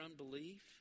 unbelief